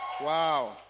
Wow